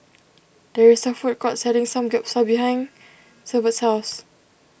there is a food court selling Samgyeopsal behind Severt's house